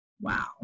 Wow